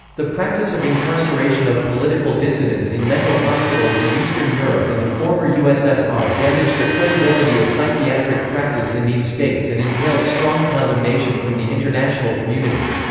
the practice of incarceration of political dissidents in mental hospitals in eastern europe and the former ussr damaged the credibility of psychiatric practice in these states and entailed strong condemnation from the international community.